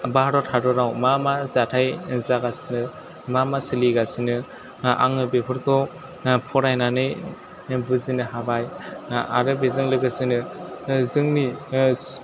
भारत हादराव मा मा जाथाय जागासिनो मा मा सोलिगासिनो आङो बेफोरखौ फरायनानै बुजिनो हाबाय आरो बेजों लोगोसेनो जोंनि